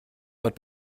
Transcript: but